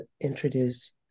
introduce